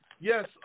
Yes